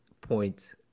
point